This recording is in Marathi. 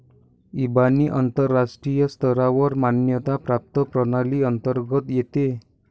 इबानी आंतरराष्ट्रीय स्तरावर मान्यता प्राप्त प्रणाली अंतर्गत येते